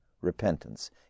repentance